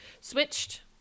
switched